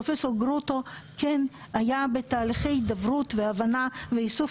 פרופסור גרוטו היה בתהליכי הידברות והבנה ואיסוף